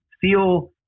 feel